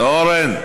אורן.